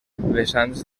vessants